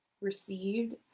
received